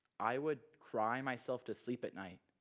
i would cry myself to sleep at night,